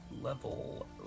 Level